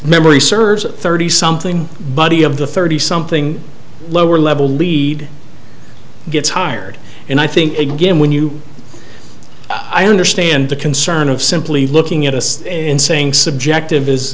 memory serves a thirty something buddy of the thirty something lower level lead gets hired and i think again when you i understand the concern of simply looking at us in saying subjective is